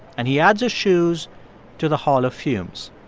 and he adds his shoes to the hall of fumes.